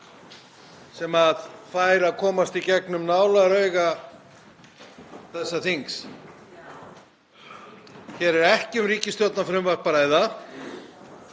sem fær að komast í gegnum nálarauga þessa þings. Hér er ekki um ríkisstjórnarfrumvarp að